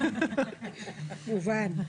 מובן.